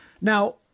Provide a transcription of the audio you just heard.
Now